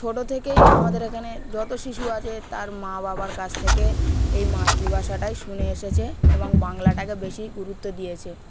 ছোটো থেকেই আমাদের এখানে যত শিশু আছে তার মা বাবার কাছ থেকে এই মাতৃভাষাটাই শুনে এসেছে এবং বাংলাটাকে বেশি গুরুত্ব দিয়েছে